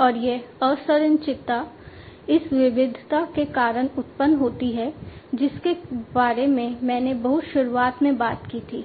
और यह असंरचितता इस विविधता के कारण उत्पन्न होती है जिसके बारे में मैंने बहुत शुरुआत में बात की थी